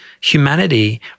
humanity